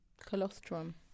Colostrum